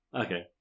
Okay